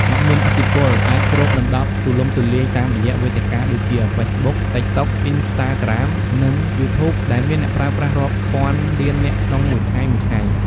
អ្នកមានឥទ្ធិពលអាចគ្របដណ្ដប់ទូលំទូលាយតាមរយះវេទិកាដូចជា ហ្វេសប៊ុក (Facebook), តិកតុក (TikTok), អុីនស្តាក្រាម (Instagram), និង យូធូប (YouTube) ដែលមានអ្នកប្រើប្រាស់រាប់ពាន់លាននាក់ក្នុងមួយថ្ងៃៗ។